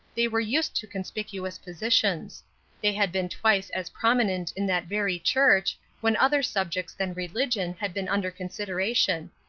they were used to conspicuous positions they had been twice as prominent in that very church when other subjects than religion had been under consideration.